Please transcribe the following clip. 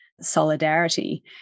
solidarity